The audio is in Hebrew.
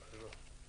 הבנתי.